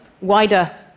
wider